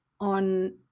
on